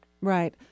Right